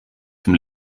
zum